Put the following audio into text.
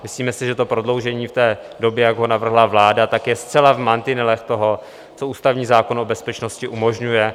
Myslíme si, že to prodloužení té doby, jak je navrhla vláda, je zcela v mantinelech toho, co ústavní zákon o bezpečnosti umožňuje.